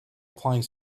applying